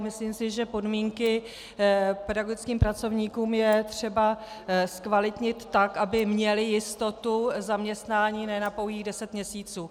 Myslím si, že podmínky pedagogickým pracovníkům je třeba zkvalitnit tak, aby měli jistotu zaměstnání ne na pouhých deset měsíců.